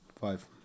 Five